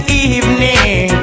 evening